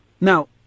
Now